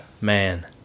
Man